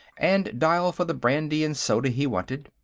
and dial for the brandy-and-soda he wanted.